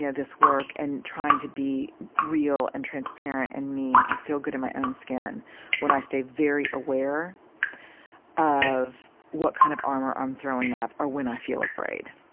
yeah this work and trying to be real and transparent and me and feel good in my own skin when i stay very aware of what kind of armor i'm throwing up or when i feel afraid